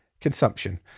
consumption